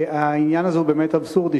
העניין הזה הוא באמת אבסורדי,